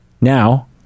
now